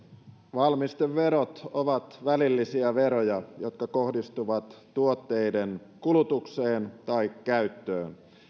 valmisteverot ovat välillisiä veroja jotka kohdistuvat tuotteiden kulutukseen tai käyttöön